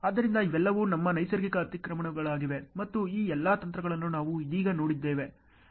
ಆದ್ದರಿಂದ ಇವೆಲ್ಲವೂ ನಮ್ಮ ನೈಸರ್ಗಿಕ ಅತಿಕ್ರಮಣಗಳಾಗಿವೆ ಮತ್ತು ಈ ಎಲ್ಲಾ ತಂತ್ರಗಳನ್ನು ನಾವು ಇದೀಗ ನೋಡಿದ್ದೇವೆ